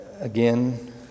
again